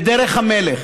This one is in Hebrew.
בדרך המלך.